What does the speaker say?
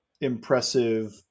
impressive